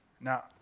Now